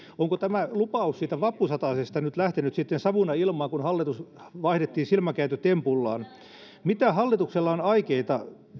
onko tämä lupaus siitä vappusatasesta nyt lähtenyt sitten savuna ilmaan kun hallitus vaihdettiin silmänkääntötempulla mitä hallituksella on aikeita